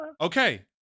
Okay